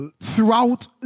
throughout